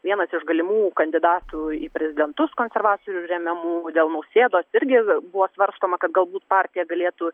vienas iš galimų kandidatu į prezidentus konservatorių remiamų dėl nausėdos irgi buvo svarstoma kad galbūt partija galėtų